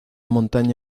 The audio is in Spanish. montaña